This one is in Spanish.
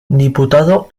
diputado